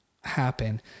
happen